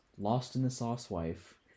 lost-in-the-sauce-wife